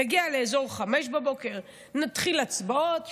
נגיע לאזור 05:00. נתחיל הצבעות.